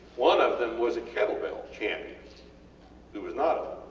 one of them was a kettlebell champion who was not, ah